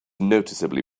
noticeably